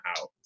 out